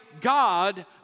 God